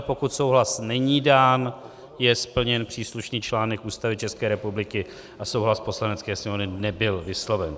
Pokud souhlas není dán, je splněn příslušný článek Ústavy České republiky a souhlas Poslanecké sněmovny nebyl vysloven.